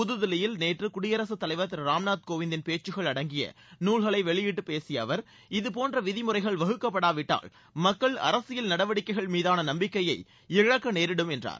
புதுதில்லியில் நேற்று குடியரசு தலைவர் திரு ராம்நாத் கோவிந்தின் பேச்சுக்கள் அடங்கிய நூல்களை வெளியிட்டுப் பேசிய அவர் இதுபோன்ற விதிமுறைகள் வகுக்கப்படா விட்டால் மக்கள் அரசியல் நடவடிக்கைகள் மீதான நம்பிக்கையை இழக்க நேரிடும் என்றார்